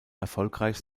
erfolgreich